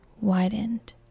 widened